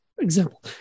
example